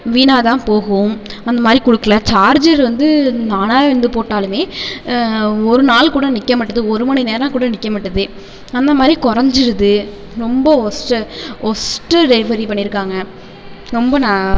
வீணாக தான் போகும் அந்தமாதிரி கொடுக்கல சார்ஜர் வந்து நானாக இருந்து போட்டாலுமே ஒரு நாள்கூட நிற்க மாட்டேது ஒரு மணி நேரம் கூட நிற்க மாட்டேது அந்தமாதிரி குறஞ்சிருது ரொம்ப ஒர்ஸ்ட்டு ஒர்ஸ்ட்டு டெலிவரி பண்ணியிருக்காங்க ரொம்ப நான்